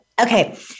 Okay